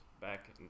back